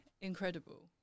incredible